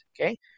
okay